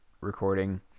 recording